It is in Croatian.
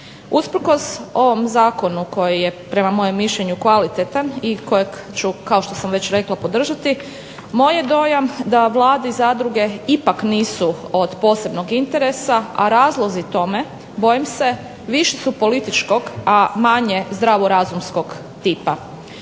Usprkos ovom zakonu koji je, prema mojem mišljenju kvalitetan, i kojeg ću kao što sam već rekla podržati, moj je dojam da Vladi zadruge ipak nisu od posebnog interesa, a razlozi tome bojim se više su političkog, a manje zdravo razumskog tipa.